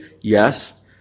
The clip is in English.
Yes